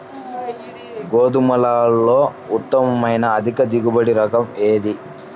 గోధుమలలో ఉత్తమమైన అధిక దిగుబడి రకం ఏది?